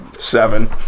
Seven